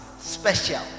Special